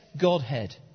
Godhead